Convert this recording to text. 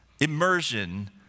immersion